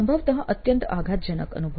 સંભવતઃ અત્યંત આઘતજનક અનુભવ